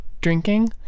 drinking